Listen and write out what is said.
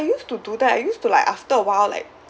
I used to do that I used to like after awhile like